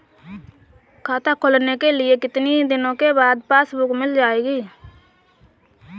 खाता खोलने के कितनी दिनो बाद पासबुक मिल जाएगी?